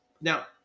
Now